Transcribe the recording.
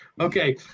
Okay